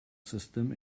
system